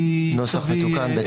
נוסח מתוקן.